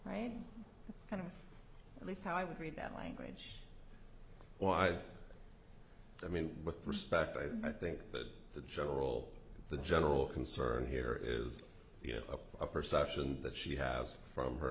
right kind of at least how i would read that language why i mean with respect i think that the general the general concern here is a perception that she has from her